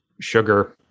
Sugar